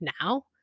now